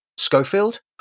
schofield